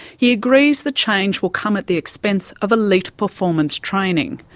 he agrees the change will come at the expense of elite performance training,